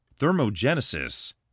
thermogenesis